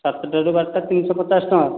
ସାତଟା ରୁ ବାରଟା ତିନିଶହ ପଚାଶ ଟଙ୍କା